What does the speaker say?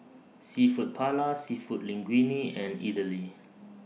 Seafood Paella Seafood Linguine and Idili